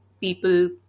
people